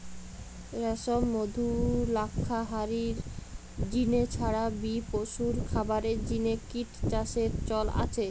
রেশম, মধু, লাক্ষা হারির জিনে ছাড়া বি পশুর খাবারের জিনে কিট চাষের চল আছে